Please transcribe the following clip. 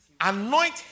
Anoint